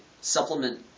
supplement